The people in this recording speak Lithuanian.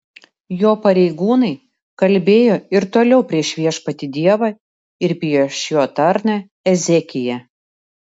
jo pareigūnai kalbėjo ir toliau prieš viešpatį dievą ir prieš jo tarną ezekiją